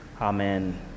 amen